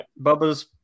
Bubba's